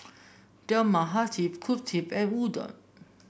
Dal Makhani Kulfi and Udon